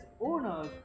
owners